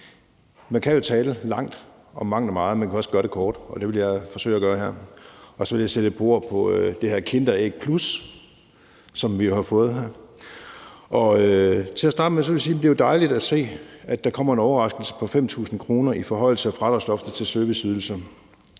Man kan jo tale langt om mangt og meget, men man kan også gøre det kort, og det vil jeg forsøge at gøre her, og så vil jeg sætte et par ord på det her kinderæg plus, som vi har fået. Til at starte med vil jeg sige, at det jo er dejligt at se, at der kommer en overraskelse på 5.000 kr. i form af en forhøjelse af fradragsloftet til serviceydelser.